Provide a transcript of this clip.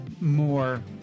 more